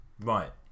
Right